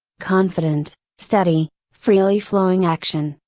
confident, steady, freely flowing action,